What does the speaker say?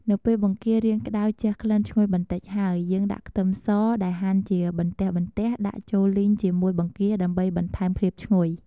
នៅពេលបង្គារៀងក្ដៅជះក្លិនឈ្ងុយបន្តិចហើយ យើងដាក់ខ្ទឺមសដែលហាន់ជាបន្ទះៗដាក់ចូលលីងជាមួយបង្គាដើម្បីបន្ថែមភាពឈ្ងុយ។